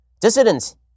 Dissidents